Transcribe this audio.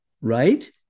right